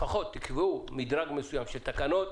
לפחות תקבעו מדרג מסוים של תקנות